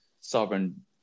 sovereign